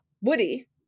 Woody